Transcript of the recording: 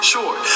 Sure